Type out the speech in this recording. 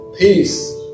Peace